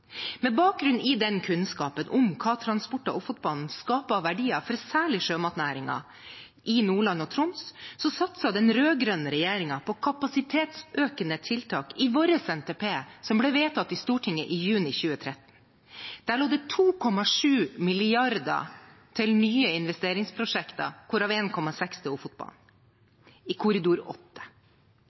Med bakgrunn i den kunnskapen om hva transport med Ofotbanen skaper av verdier, særlig for sjømatnæringen i Nordland og Troms, satset den rød-grønne regjeringen på kapasitetsøkende tiltak i den NTP-en som ble vedtatt i Stortinget i juni 2013. Der lå det 2,7 mrd. kr til nye investeringsprosjekter, hvorav 1,6 mrd. kr til Ofotbanen i korridor